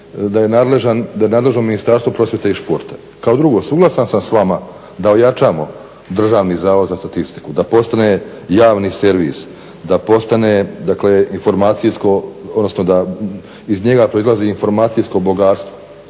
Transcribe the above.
da kažem upravo da je nadležno Ministarstvo prosvjete i športa. Kao drugo, suglasan sam s vama da ojačamo Državni zavod za statistiku da postane javni servis, da postane dakle informacijsko odnosno da iz njega proizlazi informacijsko bogatstvo